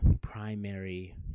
primary